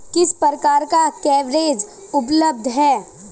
किस प्रकार का कवरेज उपलब्ध है?